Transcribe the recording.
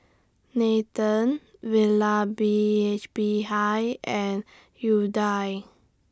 Nathan Vallabhbhai and Udai